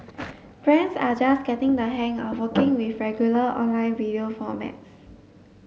brands are just getting the hang of working with regular online video formats